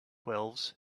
wells